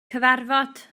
cyfarfod